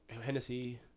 hennessy